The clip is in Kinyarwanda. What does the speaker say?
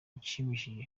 bishimishije